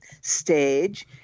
stage